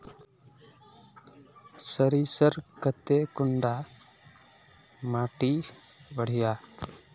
सरीसर केते कुंडा माटी बढ़िया?